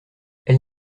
elle